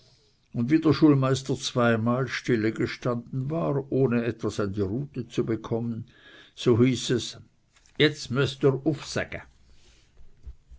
und wie der schulmeister zweimal stille gestanden war ohne etwas an die rute zu bekommen so hieß es jetzt müeßt ihr ufsäge